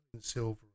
silver